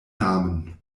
namen